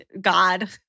God